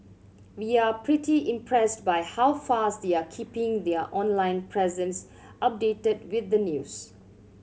we're pretty impressed by how fast they're keeping their online presence updated with the news